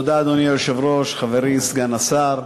אדוני היושב-ראש, תודה, חברי סגן השר,